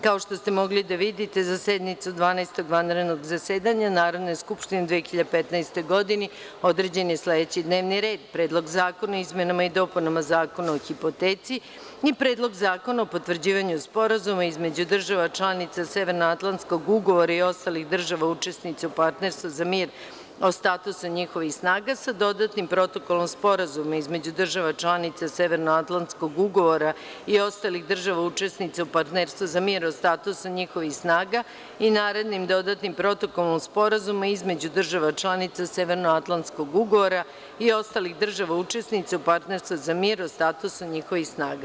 Kao, što ste mogli da vidite za sednicu Dvanaestog vanrednog zasedanja Narodne skupštine u 2015. godini određen je sledeći D n e v n i r e d 1. Predlog zakona o izmenama i dopunama Zakona o hipoteci i 2. Predlog zakona o potvrđivanju Sporazuma između država, članica Severnoatlantskog ugovora i ostalih država učesnica u Partnerstvu za mir o statusu njihovih snaga, sa dodatnim protokolom Sporazuma između država članica Severnoatlantskog ugovora i ostalih država učesnica u Partnerstvu za mir o statusu njihovih snaga i narednim dodatnim protokolom o Sporazumu između država članica Severnoatlantskog ugovora i ostalih država učesnica u Partnerstvu za mir o statusu njihovih snaga.